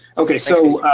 okay, so.